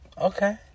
Okay